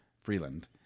Freeland